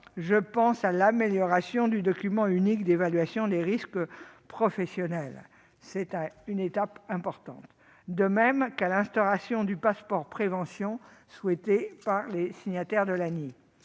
je pense à l'amélioration du document unique d'évaluation des risques professionnels, le DUERP, qui représente une étape importante, et à l'instauration d'un passeport prévention, souhaité par les signataires de l'ANI.